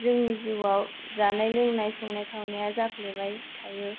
जोंनि जिउआव जानाय लोंनाय संनाय खावनाया जाफ्लेबाय थायो